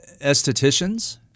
estheticians